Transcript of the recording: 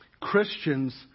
Christians